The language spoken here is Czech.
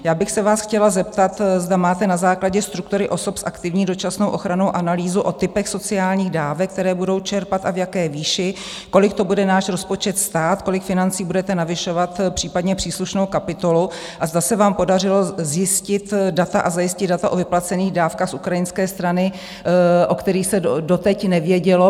Já bych se vás chtěla zeptat, zda máte na základě struktury osob s aktivní dočasnou ochranou analýzu o typech sociálních dávek, které budou čerpat, a v jaké výši, kolik to bude náš rozpočet stát, kolik financí budete navyšovat, případně příslušnou kapitolu, a zda se vám podařilo zjistit data a zajistit data o vyplacených dávkách z ukrajinské strany, o kterých se doteď nevědělo?